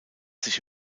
sich